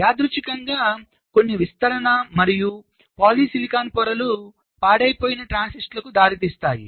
యాదృచ్ఛికంగా కొన్ని విస్తరణ మరియు పాలిసిలికాన్ పొరలు పాడై పోయిన ట్రాన్సిస్టర్లకు దారితీస్తాయి